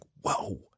whoa